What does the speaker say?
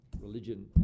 Religion